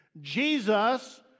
Jesus